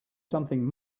something